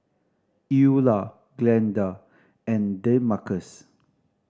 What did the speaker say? Eula Glenda and Demarcus